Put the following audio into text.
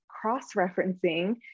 cross-referencing